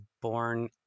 born